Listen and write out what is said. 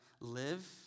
live